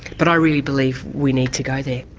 but i really believe we need to go there.